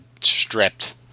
stripped